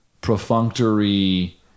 perfunctory